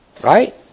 Right